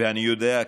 ואני יודע,